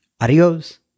Adios